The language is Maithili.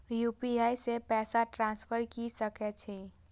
यू.पी.आई से पैसा ट्रांसफर की सके छी?